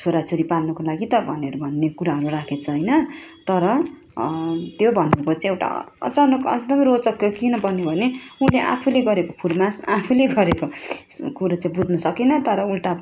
छोराछोरी पाल्नुको लागि त भनेर भन्ने कुराहरू राखेछ होइन तर त्यो भनेको चाहिँ एउटा अचानक एकदमै रोचक किन बन्यो भने उसले आफूले गरेको फुर्मास आफूले गरेको कुरो चाहिँ बुझ्न सकेन तर उल्टा